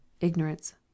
Ignorance